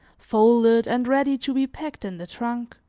folded and ready to be packed in the trunk.